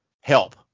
help